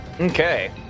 Okay